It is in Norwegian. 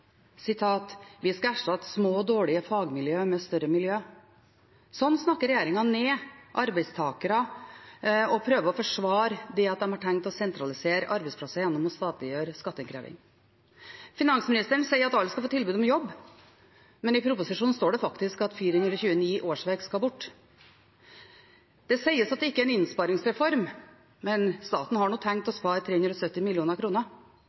Vi skal erstatte små og dårlige fagmiljø med større miljø. Sånn snakker regjeringen ned arbeidstakere og prøver å forsvare det at de har tenkt å sentralisere arbeidsplasser gjennom å statliggjøre skatteinnkreving. Finansministeren sier at alle skal få tilbud om jobb, men i proposisjonen står det faktisk at 429 årsverk skal bort. Det sies at det ikke er en innsparingsreform, men staten har tenkt å spare 370 mill. kr. Og